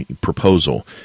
proposal